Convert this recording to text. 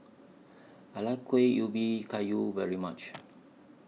I like Kuih Ubi Kayu very much